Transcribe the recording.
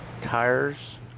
tires